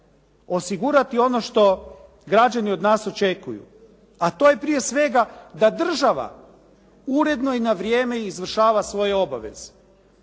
osigurati ono što građani od nas očekuju a to je prije svega da država uredno i na vrijeme izvršava svoje obaveze.